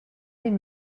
den